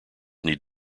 need